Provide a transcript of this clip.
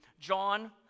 John